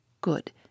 Good